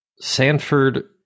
Sanford